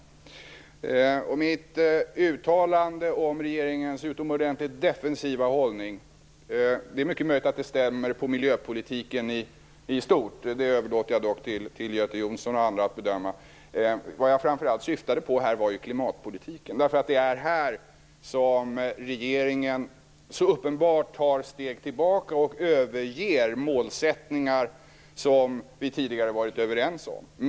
Det är mycket möjligt att mitt uttalande om regeringens utomordentligt defensiva hållning stämmer på miljöpolitiken i stort. Det överlåter jag dock till Göte Jonsson och andra att bedöma. Vad jag framför allt syftade på var klimatpolitiken, därför att det är här som regeringen så uppenbart tar steg tillbaka och överger målsättningar som vi tidigare har varit överens om.